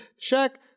Check